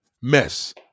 Mess